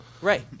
Right